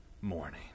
morning